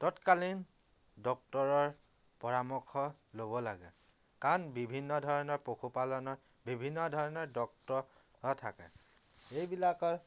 তৎকালীন ডক্টৰৰ পৰামৰ্শ ল'ব লাগে কাৰণ বিভিন্ন ধৰণৰ পশুপালনৰ বিভিন্ন ধৰণৰ ডক্টৰ থাকে এইবিলাকৰ